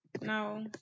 no